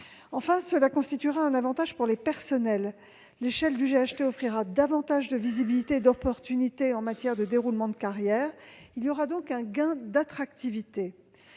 Enfin, cela constituera un avantage pour les personnels. L'échelle du GHT offrira davantage de visibilité et d'opportunités en matière de déroulement de carrière. Ces gains en matière